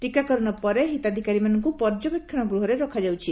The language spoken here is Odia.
ଟିକାକରଣ ପରେ ହିତାଧିକାରୀମାନଙ୍କୁ ପର୍ଯ୍ୟବେକ୍ଷଣ ଗୃହରେ ରଖାଯାଉଛି